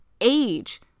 Age